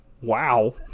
Wow